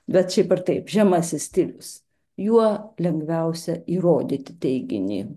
bet šiaip ar taip žemasis stilius juo lengviausia įrodyti teiginį